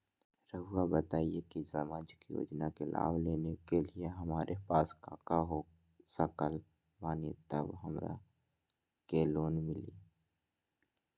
रहुआ बताएं कि सामाजिक योजना के लाभ लेने के लिए हमारे पास काका हो सकल बानी तब हमरा के मिली?